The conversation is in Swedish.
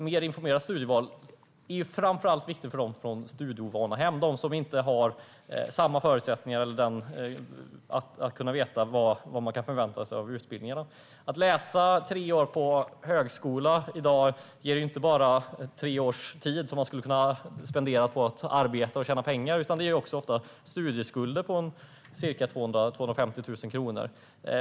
Mer informerade studieval är framför allt viktiga för personer från studieovana hem. De har inte samma förutsättningar att veta vad man kan förvänta sig av utbildningarna. Att i dag läsa tre år på högskola utgörs inte bara av tre år som man hade kunnat spendera på att arbeta och tjäna pengar, utan det ger också ofta studieskulder på 200 000-250 000 kronor.